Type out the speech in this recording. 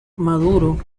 maduro